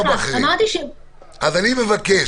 אז אני מבקש,